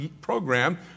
program